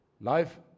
Life